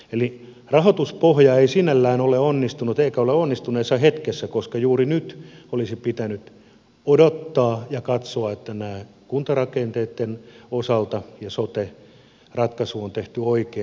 eli rahoituspohja ei sinällään ole onnistunut eikä ole onnistuneessa hetkessä koska juuri nyt olisi pitänyt odottaa ja katsoa että nämä kuntarakenteitten osalta ja sote ratkaisu on tehty oikein